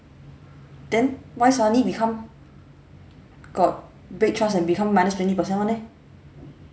then why suddenly become got break trust and become minus twenty percent [one] eh